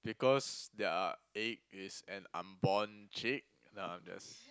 because their egg is an unborn chick no I'm just